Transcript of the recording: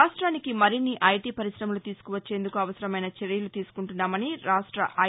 రాష్ట్రానికి మరిన్ని ఐటీ పరిశమలు తీసుకువచ్చేందుకు అవసరమైన చర్యలు తీసుకుంటున్నామని రాష్ట ఐ